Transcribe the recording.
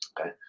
okay